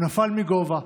הוא נפל מגובה,